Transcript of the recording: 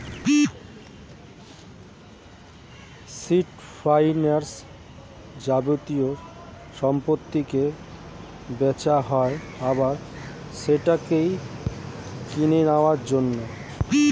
short ফাইন্যান্সে যাবতীয় সম্পত্তিকে বেচা হয় আবার সেটাকে কিনে নেওয়ার জন্য